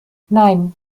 nein